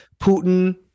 Putin